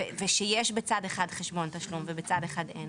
ושיש בצד אחד חשבון תשלום ובצד אחד אין,